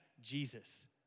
Jesus